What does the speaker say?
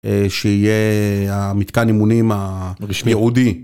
שיהיה המתקן אימונים הרשמי יעודי.